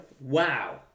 Wow